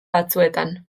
batzuetan